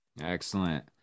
Excellent